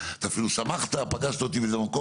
אתה אפילו שמחת פגשת אותי באיזה מקום,